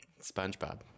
SpongeBob